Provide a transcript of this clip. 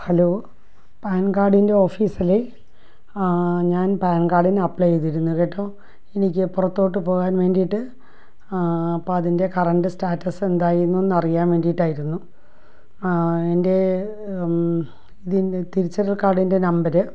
hello PAN കാഡിൻറ്റെ ഓഫീസല്ലേ ഞാൻ പാൻ കാർഡിന് അപ്ലൈ ചെയ്തിരുന്നു കേട്ടോ എനിക്ക് പുറത്തോട്ടു പോകാൻ വേണ്ടിയിട്ട് അപ്പതിൻ്റെ കറൻ്റ് സ്റ്റാറ്റസ് എന്തായി എന്നൊന്നറിയാൻ വേണ്ടിയിട്ടായിരുന്നു എൻ്റെ ഇതിൻ തിരിച്ചറിയൽ കാഡിൻ്റെ നമ്പർ